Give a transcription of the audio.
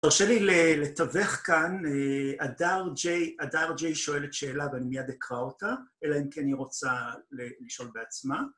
תרשה לי לתווך כאן, אדר ג'יי שואלת שאלה ואני מייד אקרא אותה, אלא אם כן היא רוצה לשאול בעצמה.